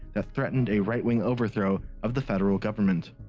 ah threatened a right-wing overthrow of the federal government.